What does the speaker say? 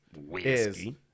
Whiskey